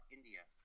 India